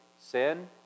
sin